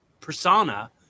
persona